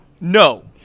No